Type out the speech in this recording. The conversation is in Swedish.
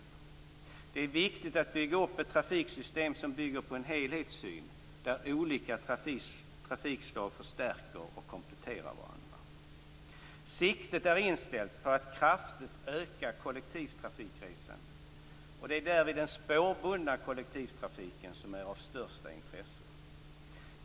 Det är viktigt att bygga upp ett trafiksystem som bygger på en helhetssyn där olika trafikslag stärker och kompletterar varandra. Siktet är inställt på att kraftigt öka kollektivtrafikresandet. Det är därvid den spårbundna kollektivtrafiken som är av största intresse.